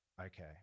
okay